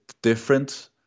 different